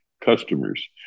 customers